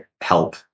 help